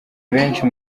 benshi